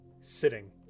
sitting